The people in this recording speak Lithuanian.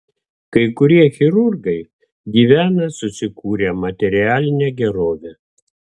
kai kurie chirurgai gyvena susikūrę materialinę gerovę